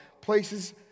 places